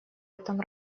этом